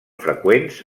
freqüents